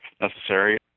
necessary